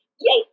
Yay